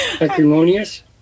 Acrimonious